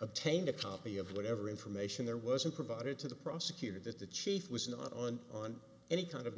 obtained a copy of whatever information there wasn't provided to the prosecutor that the chief was not on on any kind of